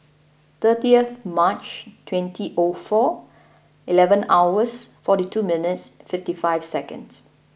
thirtieth March twenty O four eleven hours forty two minutes fifty five seconds